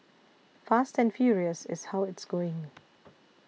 fast and furious is how it's going